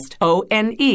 O-N-E